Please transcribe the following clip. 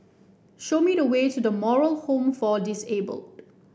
show me the way to The Moral Home for Disabled